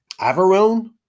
Averone